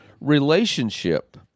relationship